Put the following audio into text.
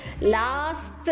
Last